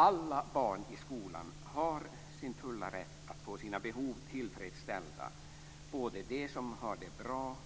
Alla barn i skolan är i sin fulla rätt att få sina behov tillfredsställda, både de som har det bra